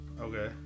Okay